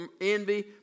envy